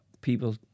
people